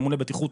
ממוני בטיחות,